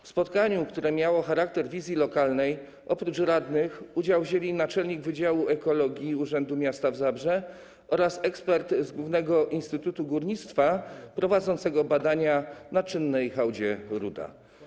W spotkaniu, które miało charakter wizji lokalnej, oprócz radnych udział wzięli naczelnik Wydziału Ekologii Urzędu Miasta Zabrze oraz ekspert z Głównego Instytutu Górnictwa prowadzącego badania na czynnej hałdzie Ruda.